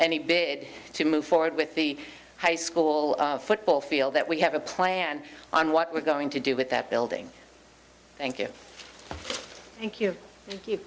any bit to move forward with the high school football field that we have a plan on what we're going to do with that building thank you thank you thank you